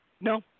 No